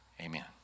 amen